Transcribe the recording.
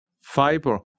fiber